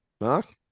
Mark